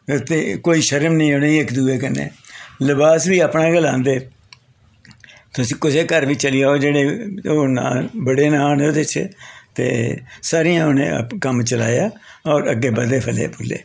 ते कोई शरम निं ऐ उ'नें ई इक दूऐ कन्नै लबास बी अपना गै लांदे तुस कुसै घर बी चली जाओ जेह्ड़े ओह् नांऽ बड़े नांऽ न एह्दे च ते सरेआम उ'नें कम्म चलाया होर अग्गें बधै फले फुल्ले